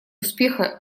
успеха